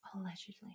Allegedly